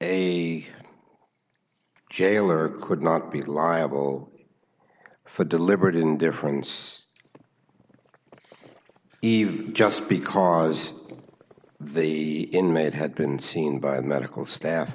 a jailer could not be liable for deliberate indifference eve just because the inmate had been seen by a medical staff